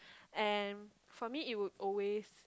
and for me it would always